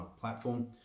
platform